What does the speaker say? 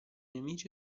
nemici